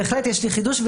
בהחלט יש לי חידוש.